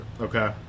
okay